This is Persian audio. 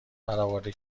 برآورده